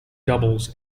doubles